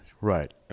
right